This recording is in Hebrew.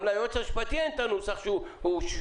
גם ליועץ המשפטי אין את הנוסח שאמור...